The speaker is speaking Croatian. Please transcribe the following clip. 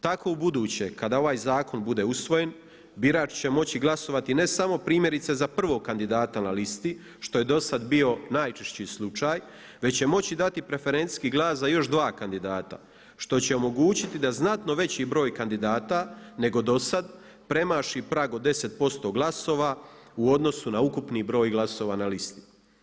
Tako ubuduće kada ovaj zakon bude usvojen birač će moći glasovati ne samo primjerice za prvog kandidata na listi što je do sada bio najčešći slučaj, već će moći dati preferencijski glas za još dva kandidata što će omogućiti da znatno veći broj kandidata nego do sada premaši prag od 10% glasova u odnosu na ukupni broj glasova na listi.